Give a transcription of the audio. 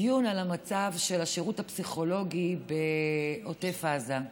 דיון על המצב של השירות הפסיכולוגי בעוטף עזה.